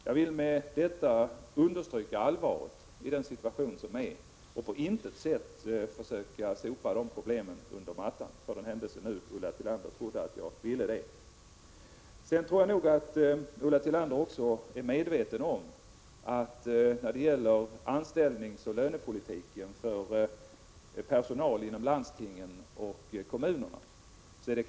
Jag vill med detta understryka allvaret i den situation som råder och på intet sätt söka sopa problemen under mattan — för den händelse Ulla Tillander trodde att jag ville göra det. Ulla Tillander är säkert medveten om att det knappast är regeringens uppgift att uttala sig om anställningsoch lönepolitiken för personal inom landstingen och kommunerna.